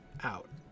out